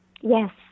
Yes